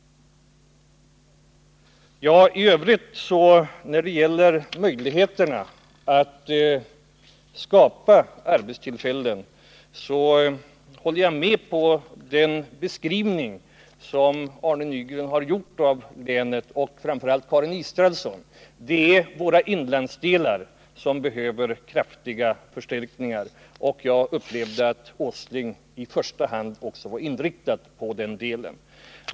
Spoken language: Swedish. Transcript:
När det i övrigt gäller möjligheten att skapa arbetstillfällen, så håller jag med om den beskrivning som Arne Nygren och framför allt Karin Israelsson har gjort av länet. Det är våra inlandsdelar som behöver kraftiga förstärkningar, och jag upplevde det så att Nils Åsling i första hand också var inriktad på dessa delar.